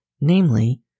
namely